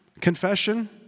confession